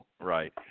Right